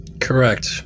Correct